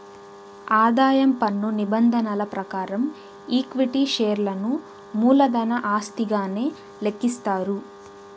ఆదాయం పన్ను నిబంధనల ప్రకారం ఈక్విటీ షేర్లను మూలధన ఆస్తిగానే లెక్కిస్తారు